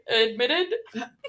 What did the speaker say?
admitted